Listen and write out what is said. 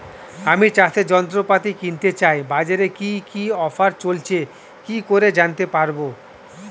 আমি চাষের যন্ত্রপাতি কিনতে চাই বাজারে কি কি অফার চলছে কি করে জানতে পারবো?